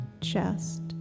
chest